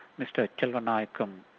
mr chelvanayakam.